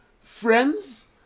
friends